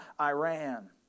Iran